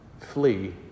Flee